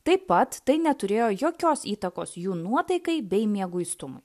taip pat tai neturėjo jokios įtakos jų nuotaikai bei mieguistumui